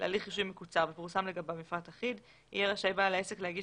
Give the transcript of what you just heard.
להליך רישוי מקוצר ופורסם לגביו מפרט אחיד יהיה רשאי בעל העסק להגיש